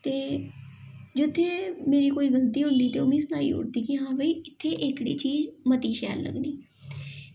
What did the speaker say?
ते जित्थें मेरी कोई गलती होंदी ते ओह् मीं सनाई दिंदी कि हां भाई इत्थें एह्कड़ी चीज़ मती शैल लग्गनी